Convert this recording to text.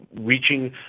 reaching